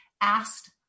asked